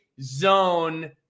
zone